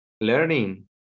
learning